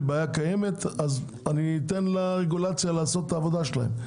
בעיה קיימת אז אני אתן לרגולציה לעשות את העבודה שלהם.